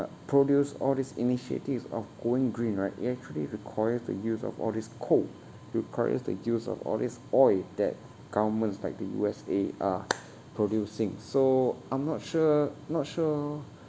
produce all these initiatives of going green right it actually requires the use of all these coal requires the use of all these oil that governments like the U_S_A are producing so I'm not sure not sure